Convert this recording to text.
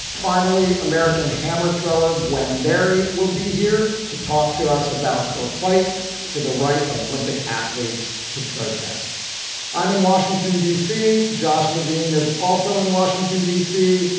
finally, american hammer thrower gwen berry will be here to talk to us about her fight for the right of olympic athletes to protest i'm in washington, d c. josh levine is also in washington, d c.